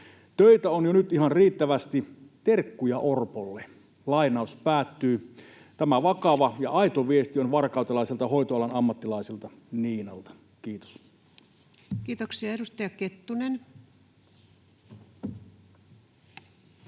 Töitä on jo nyt ihan riittävästi. Terkkuja Orpolle.” Tämä vakava ja aito viesti on varkautelaiselta hoitoalan ammattilaiselta Niinalta. — Kiitos. Kiitoksia. — Edustaja Kettunen. —